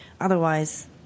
otherwise